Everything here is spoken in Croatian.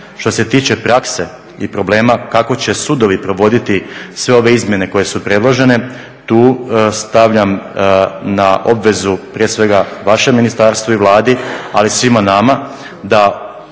Što se tiče prakse i problema kako će sudovi provoditi sve ove izmjene koje su predložene tu stavljam na obvezu prije svega vašem ministarstvu i Vladi, ali i svima nama da